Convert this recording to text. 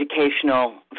educational